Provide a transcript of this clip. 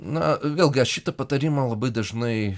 na vėlgi aš šitą patarimą labai dažnai